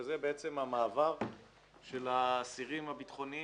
וזה בעצם המעבר של האסירים הביטחוניים